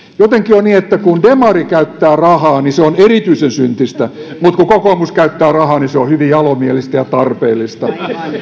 jotenkin on niin että kun demari käyttää rahaa niin se on erityisen syntistä mutta kun kokoomus käyttää rahaa niin se on hyvin jalomielistä ja tarpeellista